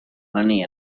money